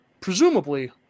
presumably